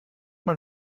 man